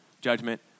judgment